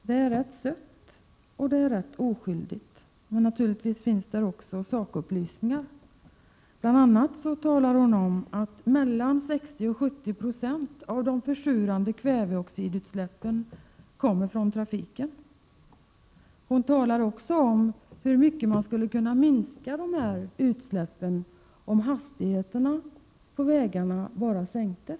Det är rätt sött och oskyldigt, men där finns naturligtvis också sakupplysningar. Där står bl.a.: ”Mellan 60 och 70 procent av de försurande kväveoxidutsläppen kommer från trafiken.” Hon talar också om hur mycket utsläppen skulle kunna minska om hastigheterna på vägarna bara sänktes.